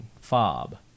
fob